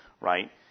right